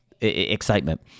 excitement